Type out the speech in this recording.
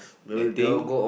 they think